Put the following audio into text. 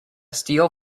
steel